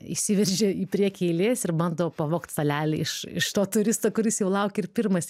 išsiveržia į priekį eilės ir bando pavogt stalelį iš iš to turisto kuris jau laukė ir pirmas